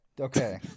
Okay